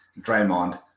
Draymond